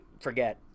forget